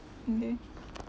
okay